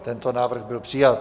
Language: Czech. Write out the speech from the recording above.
Tento návrh byl přijat.